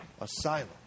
Asylum